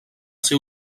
ser